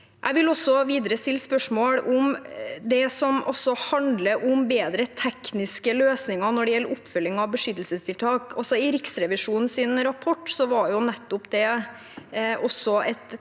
Jeg vil videre stille spørsmål om det som handler om bedre tekniske løsninger når det gjelder oppfølging av beskyttelsestiltak. Også i Riksrevisjonens rapport var nettopp det